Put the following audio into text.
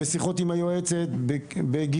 בשיחות עם יועצת בית הספר,